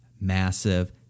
Massive